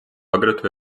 აგრეთვე